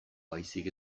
baizik